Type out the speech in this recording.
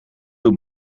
doet